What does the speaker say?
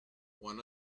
one